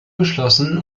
geschlossen